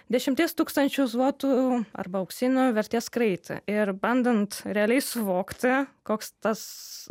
dešimties tūkstančių zlotų arba auksinių vertės kraitį ir bandant realiai suvokti koks tas